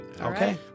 Okay